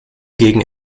gegen